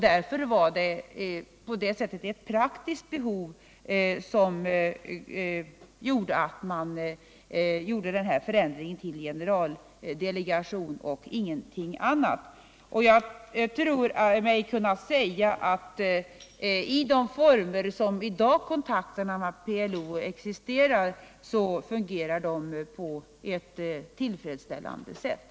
Det var således ett praktiskt behov som föranledde denna ändrade beteckning, och ingenting annat. Jag tror mig kunna säga att kontakterna med PLO i de former i vilka de i dag existerar fungerar på ett tillfredsställande sätt.